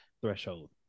threshold